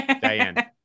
Diane